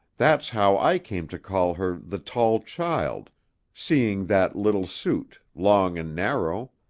that's how i came to call her the tall child seeing that little suit, long and narrow.